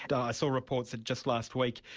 and i saw reports of just last week,